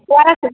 O R S